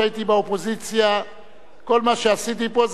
כל מה שעשיתי פה זה להפיל את הממשלה.